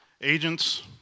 agents